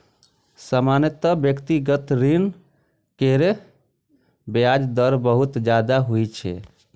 सामान्यतः व्यक्तिगत ऋण केर ब्याज दर बहुत ज्यादा होइ छै